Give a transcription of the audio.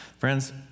Friends